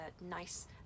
nice